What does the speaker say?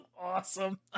awesome